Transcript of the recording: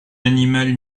animal